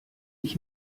ich